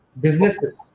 businesses